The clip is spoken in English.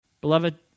Beloved